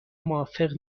موافق